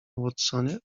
watsonie